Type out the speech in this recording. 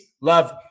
Love